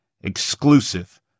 exclusive